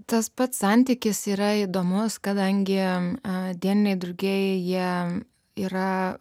tas pats santykis yra įdomus kadangi dieniniai drugiai jam yra